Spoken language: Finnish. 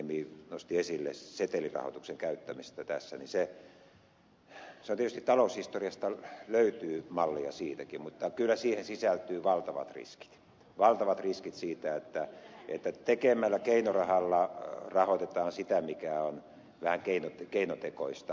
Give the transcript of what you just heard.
uusipaavalniemi nosti esille keskustelun setelirahoituksen käyttämisestä tässä niin tietysti taloushistoriasta löytyy malleja siitäkin mutta kyllä siihen sisältyy valtavat riskit valtavat riskit siitä että keinorahalla rahoitetaan sitä mikä on vähän keinotekoista